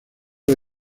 los